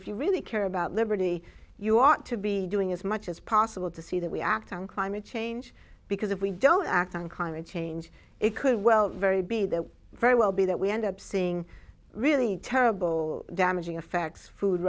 if you really care about liberty you ought to be doing as much as possible to see that we act on climate change because if we don't act on common change it could well very be that very well be that we end up seeing really terrible damaging effects food